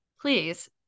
please